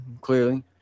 clearly